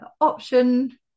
option